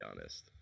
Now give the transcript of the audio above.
honest